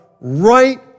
right